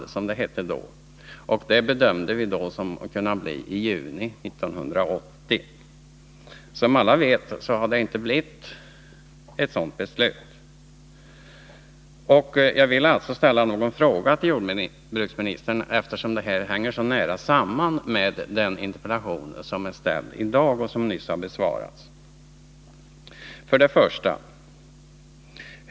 Vi bedömde det beskedet så, att beslutet skulle kunna fattas i juni 1980. Som alla vet har det ännu inte fattats något sådant beslut. Jag vill därför ställa några frågor till jordbruksministern, eftersom den debatt vi hade i våras sammanhänger så nära med den interpellation som i dag har besvarats. 1.